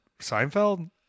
Seinfeld